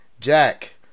Jack